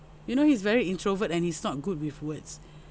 you know he's very introvert and he's not good with words